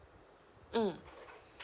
mm